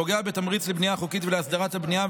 פוגע בתמריץ לבנייה חוקית ולהסדרת הבנייה,